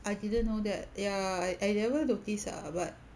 I didn't know that ya I I never notice ah but